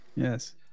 Yes